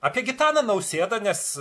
apie gitaną nausėdą nes